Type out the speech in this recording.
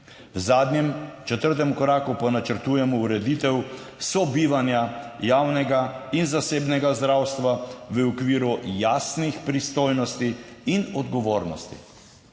V zadnjem, četrtem koraku, pa načrtujemo ureditev sobivanja javnega in zasebnega zdravstva v okviru jasnih pristojnosti in odgovornosti.